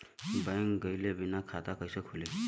Bank गइले बिना खाता कईसे खुली?